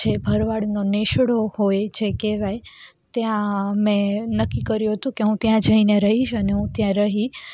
જે ભરવાડનો નેસડો હોય છે જે કહેવાય ત્યાં મેં નક્કી કર્યું હતું કે હું ત્યાં જઈને રહીશ અને હું ત્યાં રહી